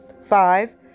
Five